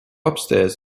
upstairs